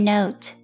Note